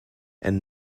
and